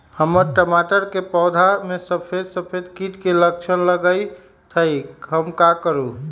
हमर टमाटर के पौधा में सफेद सफेद कीट के लक्षण लगई थई हम का करू?